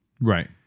Right